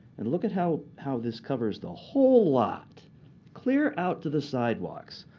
and look at how how this covers the whole lot clear out to the sidewalks.